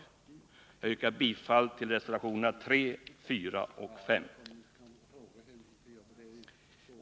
Jag yrkar bifall till reservationerna 3, 4 och 5.